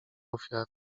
ofiary